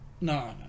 No